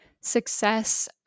success